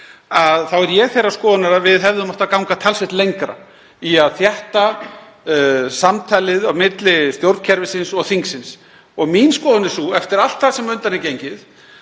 þá er ég þeirrar skoðunar að við hefðum átt að ganga talsvert lengra í að þétta samtalið milli stjórnkerfisins og þingsins. Mín skoðun er sú, eftir allt það sem á undan er gengið,